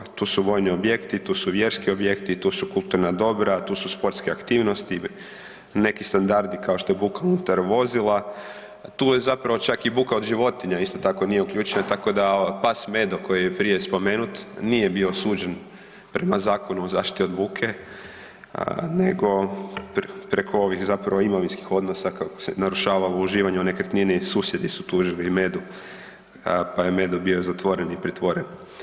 To su vojni objekti, vjerski objekti, kulturna dobra, tu su sportske aktivnosti neki standardi kao što je buka unutar vozila, tu je zapravo čak i buka od životinja isto tako nije uključena, tako da pas Medo koji je prije spomenut nije bio suđen prema Zakonu o zaštiti od buke nego preko ovih imovinskih odnosa kako se narušava u uživanju nekretnini, susjedi su tužili Medu pa je Medo bio zatvoren i pritvoren.